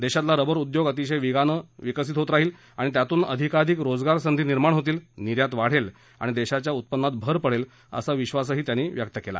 देशातला रबर उद्योग अतिशय वेगानं विकसित होत राहील आणि त्यातून अधिकाधिक रोजगार संधी निर्माण होतील निर्यात वाढेल आणि देशाच्या उत्पन्नात भर पडेल असा विश्वास सुरेश प्रभू यांनी व्यक्त केला